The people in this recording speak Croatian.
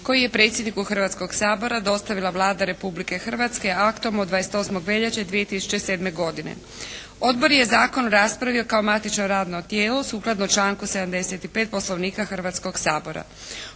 koji je predsjedniku Hrvatskoga sabora dostavila Vlada Republike Hrvatske aktom od 28. veljače 2007. godine. Odbor je zakon raspravio kao matično radno tijelo sukladno članku 75. Poslovnika Hrvatskoga sabora.